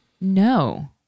No